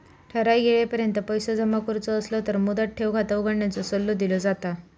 ठराइक येळेपर्यंत पैसो जमा करुचो असलो तर मुदत ठेव खाता उघडण्याचो सल्लो दिलो जाता